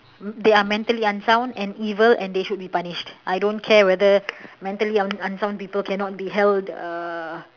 they are mentally unsound and evil and they should be punished I don't care whether mentally unsound people cannot be held uh